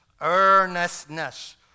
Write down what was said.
earnestness